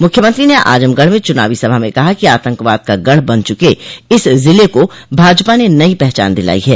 मुख्यमंत्री ने आजमगढ़ में चुनावी सभा में कहा कि आतंकवाद का गढ़ बन चुके इस जिले को भाजपा ने नई पहचान दिलाई है